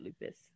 lupus